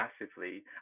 massively